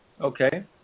Okay